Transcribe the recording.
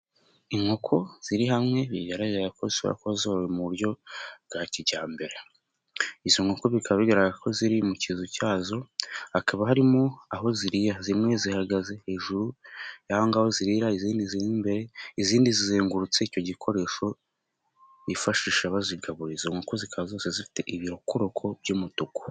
Inkoko ziri hamwe bigaragara ko zishobora kuba zorowe mu buryo bwa kijyambere. Izo nkoko bikaba bigaragara ko ziri mu kizu cyazo, hakaba harimo aho zirira, zimwe zihagaze hejuru ngaho zirira, izindi ziri imbere, izindi zizengurutse icyo gikoresho bifashisha bazigaburira, izo nkoko zose zikaba zifite ibirokoroko by'umutuku.